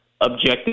objective